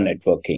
networking